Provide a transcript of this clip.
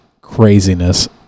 craziness